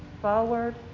forward